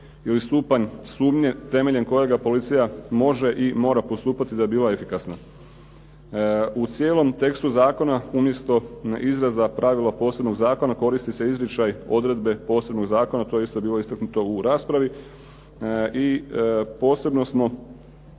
ili stupanj sumnje temeljem kojega policija može i mora postupati da bi bila efikasna. U cijelom tekstu zakona umjesto izraza "pravila posebnog zakona" koristi se izričaj "odredbe posebnog zakona", to je isto bilo istaknuto u raspravi. I posebno smo